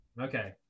okay